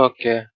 Okay